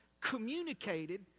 communicated